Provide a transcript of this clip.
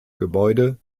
gebäude